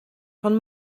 von